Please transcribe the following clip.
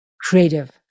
creative